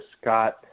Scott –